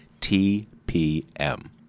TPM